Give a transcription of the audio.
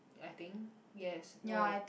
I think yes no